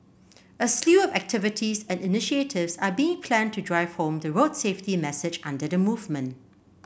a slew of activities and initiatives are being planned to drive home the road safety message under the movement